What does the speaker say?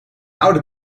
oude